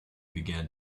began